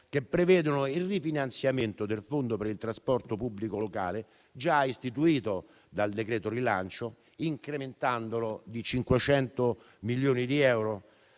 che prevedono il rifinanziamento del fondo per il trasporto pubblico locale già istituito dal decreto rilancio, incrementandolo di 500 milioni di euro.